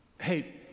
Hey